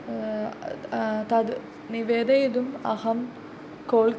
तत् निवेदयितुम् अहं कोल्